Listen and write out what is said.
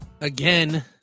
again